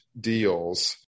deals